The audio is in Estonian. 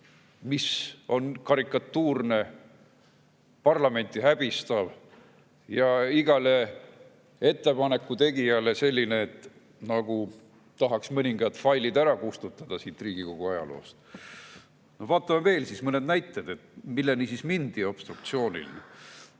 mis on karikatuurne, parlamenti häbistav ja igale ettepaneku tegijale selline, et nagu tahaks mõningad failid ära kustutada Riigikogu ajaloost. Vaatame veel mõnesid näiteid, milleni siis mindi obstruktsiooniga.